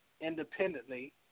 independently